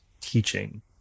teaching